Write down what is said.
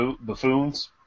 buffoons